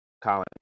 Colin